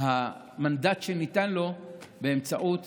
המנדט שניתן לו באמצעות